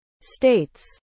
States